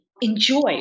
enjoy